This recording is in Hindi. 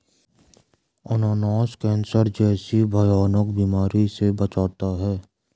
अनानास कैंसर जैसी भयानक बीमारी से बचाता है